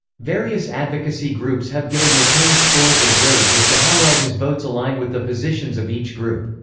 various advocacy groups have given mccain scores or grades as to how well his votes align with the positions of each group.